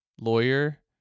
lawyer